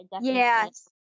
Yes